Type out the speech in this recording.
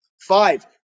Five